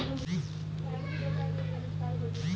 কোন বিমার সহায়তায় ট্রাক্টর নিতে চাইলে কী কী নথিপত্র থাকা জরুরি?